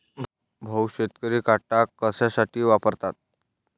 भाऊ, शेतकरी काटा कशासाठी वापरतात?